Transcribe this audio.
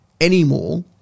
anymore